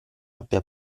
abbia